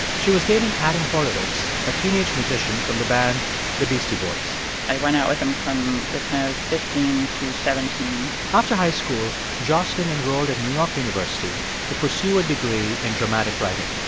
she was dating adam horovitz, a teenage musician from the band the beastie boys i went out with him from the time i was fifteen to seventeen point after high school, jocelyn enrolled at new york university to pursue a degree in dramatic writing.